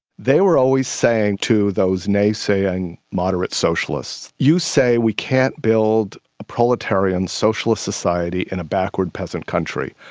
they were always saying to those naysaying moderate socialists, you say we can't build a proletarian socialist society in a backward peasant country.